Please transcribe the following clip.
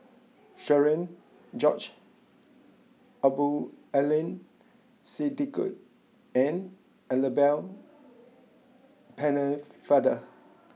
Cherian George Abdul Aleem Siddique and Annabel Pennefather